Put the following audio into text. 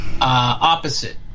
Opposite